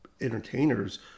entertainers